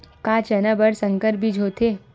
का चना बर संकर बीज होथे?